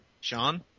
Sean